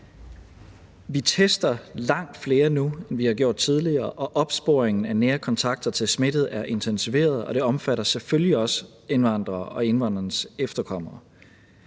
Vi tester langt flere nu, end vi har gjort tidligere, og opsporingen af nære kontakter til smittede er intensiveret, og det omfatter selvfølgelig også indvandrere og indvandreres efterkommere.